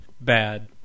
bad